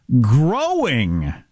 growing